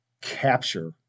capture